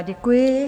Děkuji.